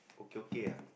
okay okay ah